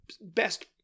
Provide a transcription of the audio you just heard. best